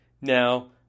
Now